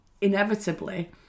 inevitably